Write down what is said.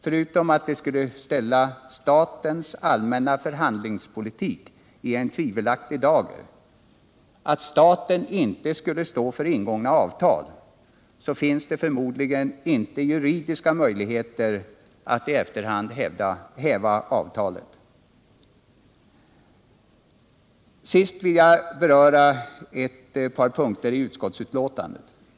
Förutom att det skulle ställa statens allmänna förhandlingspolitik i en tvivelaktig dager — staten skulle alltså inte stå för ingångna avtal — finns det förmodligen inte juridiska möjligheter att i efterhand häva avtalet. Till sist vill jag beröra ett par andra punkter i utskottsbetänkandet.